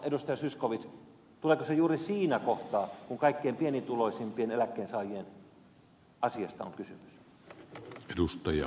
zyskowicz tuleeko se juuri siinä kohtaa kun kaikkein pienituloisimpien eläkkeensaajien asiasta on kysymys